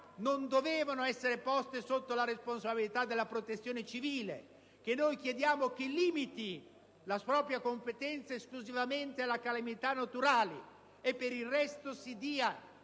non dovevano essere poste sotto la responsabilità della Protezione civile. Noi chiediamo, infatti, che questa limiti la propria competenza esclusivamente alla calamità naturale e, per il resto, che